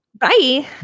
bye